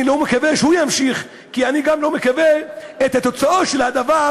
אני לא מקווה שהוא יימשך כי אני גם לא מקווה לתוצאות של הדבר,